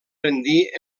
rendir